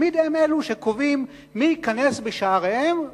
תמיד הם אלו שקובעים מי ייכנס בשעריהם,